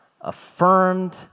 affirmed